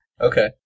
Okay